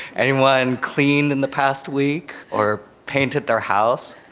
anyone cleaned in the past week or painted their house?